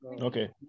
okay